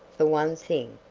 for one thing,